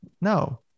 No